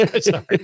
sorry